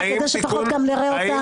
כדי שפחות נראה אותה.